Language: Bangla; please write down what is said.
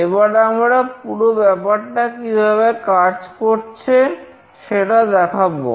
এবার আমরা পুরো ব্যাপারটা কিভাবে কাজ করছে সেটা দেখাবো